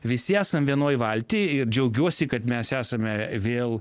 visi esam vienoj valty ir džiaugiuosi kad mes esame vėl